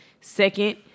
second